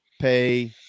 pay